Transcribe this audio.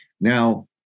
Now